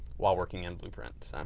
while working in blueprints.